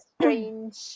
strange